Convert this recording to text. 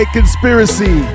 Conspiracy